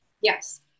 Yes